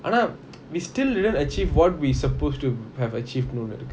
ஆனா:aana we still didn't achieve what we supposed to have achieved ஒன்னு இருக்கு:onu iruku